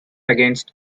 against